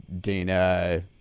Dana